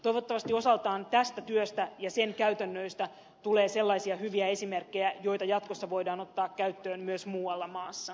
toivottavasti osaltaan tästä työstä ja sen käytännöistä tulee sellaisia hyviä esimerkkejä joita jatkossa voidaan ottaa käyttöön myös muualla maassa